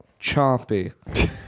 Chompy